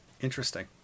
Interesting